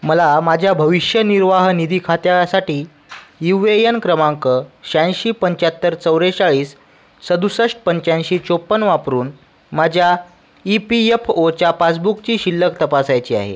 मला माझ्या भविष्य निर्वाह निधी खात्यासाठी यू ए यन क्रमांक शहाऐंशी पंच्याहत्तर चौरेचाळीस सदुसष्ठ पंच्याऐंशी चोपन वापरून माझ्या ई पी एफ ओच्या पासबुकची शिल्लक तपासायची आहे